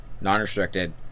Non-restricted